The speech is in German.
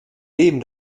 leben